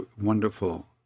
wonderful